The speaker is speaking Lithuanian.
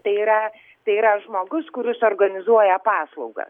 tai yra tai yra žmogus kuris organizuoja paslaugą